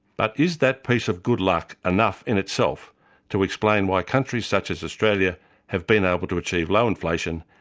but is that piece of good luck enough in itself to explain why countries such as australia have been able to achieve low inflation,